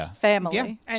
family